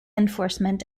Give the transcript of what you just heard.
enforcement